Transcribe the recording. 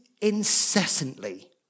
incessantly